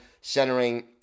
centering